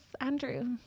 Andrew